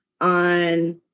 on